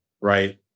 right